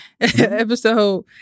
Episode